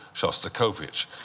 Shostakovich